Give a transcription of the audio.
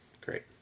Great